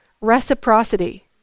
Reciprocity